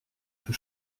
peut